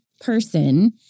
person